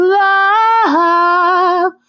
love